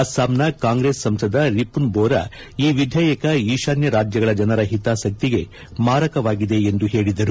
ಅಸ್ಲಾಂನ ಕಾಂಗ್ರೆಸ್ ಸಂಸದ ರಿಮನ್ ಬೋರಾ ಈ ವಿಧೇಯಕ ಈಶಾನ್ವ ರಾಜ್ಯಗಳ ಜನರ ಹಿತಾಸಕ್ತಿಗೆ ಮಾರಕವಾಗಿದೆ ಎಂದು ಹೇಳಿದರು